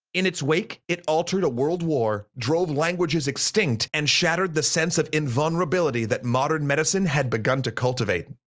in its wake it altered a world war, drove languages extinct, and shattered the sense of invulnerability that modern medicine had begun to cultivate,